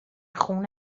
خون